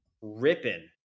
ripping